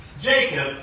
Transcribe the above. Jacob